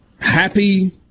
happy